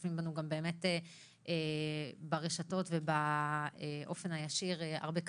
צופים בנו גם ברשתות ובאופן הישיר הרבה כתבים,